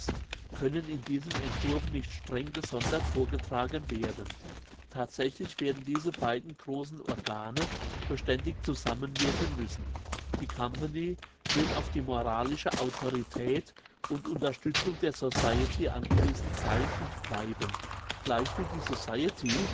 können in diesem entwurfe nicht streng gesondert vorgetragen werden thatsächlich werden diese beiden grossen organe beständig zusammenwirken müssen die company wird auf die moralische autorität und unterstützung der society angewiesen sein und bleiben gleichwie die